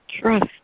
trust